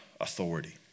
authority